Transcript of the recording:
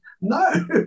no